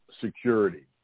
security